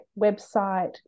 website